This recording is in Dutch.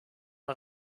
een